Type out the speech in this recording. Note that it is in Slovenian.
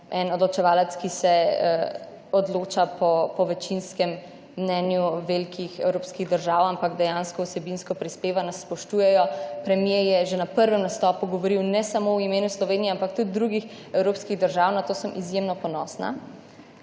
en odločevalec, ki se odloča po večinskem mnenju velikih evropskih držav, ampak dejansko vsebinsko prispeva, nas spoštujejo. Premier je že na prvem nastopu govoril ne samo v imenu Slovenije, ampak tudi drugih evropskih držav, na to sem izjemno ponosna.